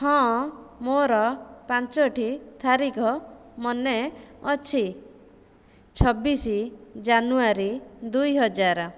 ହଁ ମୋର ପାଞ୍ଚଟି ତାରିଖ ମନେ ଅଛି ଛବିଶ ଜାନୁୟାରୀ ଦୁଇହଜାର